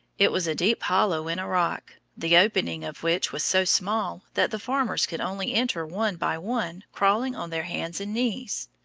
it was a deep hollow in a rock, the opening of which was so small that the farmers could only enter one by one crawling on their hands and knees.